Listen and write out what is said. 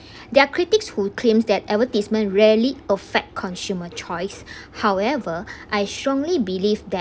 there are critics who claims that advertisement rarely affect consumer choice however I strongly believe that